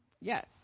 Yes